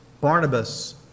Barnabas